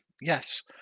Yes